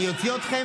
אני אוציא אתכם,